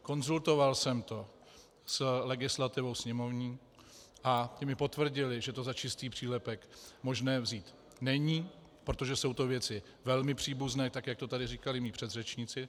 Konzultoval jsem to s legislativou sněmovní a ti mi potvrdili, že to za čistý přílepek možné vzít není, protože to jsou věci velmi příbuzné, tak jak to tady říkali mí předřečníci.